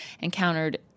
encountered